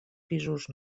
pisos